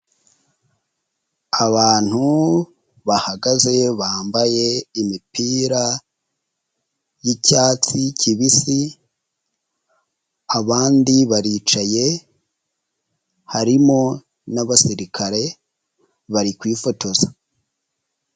Abantu bahagaze, bambaye imipira y'icyatsi kibisi, abandi baricaye, harimo n'abasirikare bari kwifotoza.